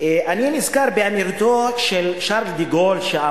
אני נזכר באמירתו של שארל דה-גול: